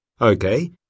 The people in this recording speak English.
Okay